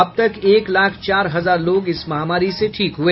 अब तक एक लाख चार हजार लोग इस महामारी से ठीक हुए